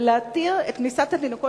ולהתיר את כניסת התינוקות,